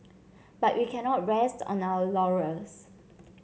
but we cannot rest on our laurels